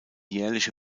jährliche